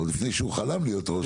עוד לפני שהוא חלם להיות ראש עיר.